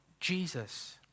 Jesus